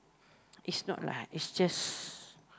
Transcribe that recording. is not lah is just